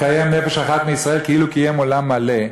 כאילו קיים עולם מלא.